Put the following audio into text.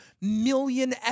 million